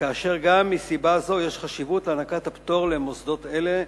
כאשר גם מסיבה זו יש חשיבות להענקת הפטור למוסדות אלה,